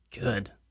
good